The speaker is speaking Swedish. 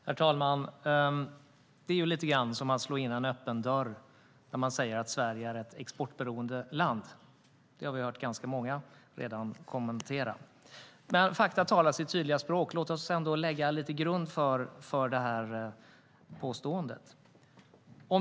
Herr talman! Det är som att slå in en öppen dörr när man säger att Sverige är ett exportberoende land. Det har vi redan hört ganska många kommentera. Fakta talar sitt tydliga språk. Låt oss lägga lite grund för det här påståendet.